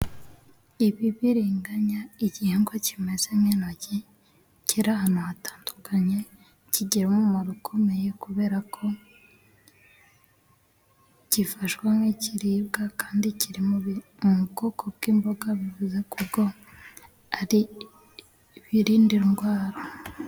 Ibibiriganya, igihingwa kimeze nk'intoryi, kiri ahantu hatandukanye, kigira umumaro ukomeye kubera ko gifashwa nk'ibiribwa, kandi kiri mu bwoko bw'imboga, bivuze ko ubwo ari ibirinda ndwara.